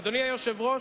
אדוני היושב-ראש,